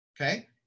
okay